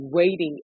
waiting